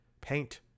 Paint